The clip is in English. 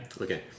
Okay